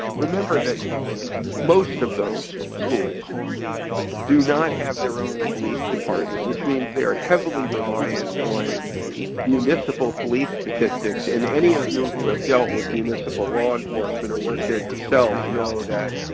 remember that most of those schools do not have their own police department. which means they're heavily reliant on municipal police statistics. and any of you who have dealt with municipal law enforcement or work there yourselves know that